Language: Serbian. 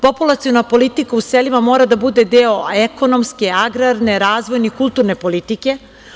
Populaciona politika u selima mora da bude deo ekonomske, agrarne, razvojne i kulturne politike.